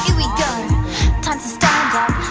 and we go time to stand up,